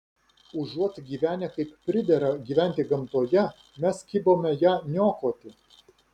užuot gyvenę kaip pridera gyventi gamtoje mes kibome ją niokoti